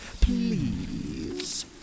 Please